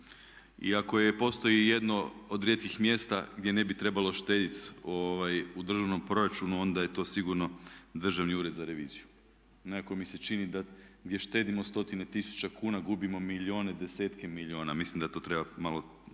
iako postoji jedno od rijetkih mjesta gdje ne bi trebalo štedit u državnom proračunu, onda je to sigurno Državni ured za reviziju. Nekako mi se čini, da gdje štedimo stotine tisuće kuna gubimo milijune, desetke milijuna. Mislim da to treba malo